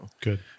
Good